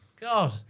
God